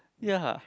ya